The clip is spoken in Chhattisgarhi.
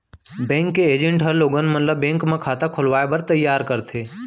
बेंक के एजेंट ह लोगन मन ल बेंक म खाता खोलवाए बर तइयार करथे